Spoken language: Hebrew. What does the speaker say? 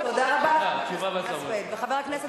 תודה רבה לך, חבר הכנסת